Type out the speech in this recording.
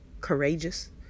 courageous